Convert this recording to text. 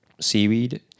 Seaweed